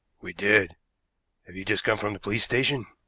we did. have you just come from the police station?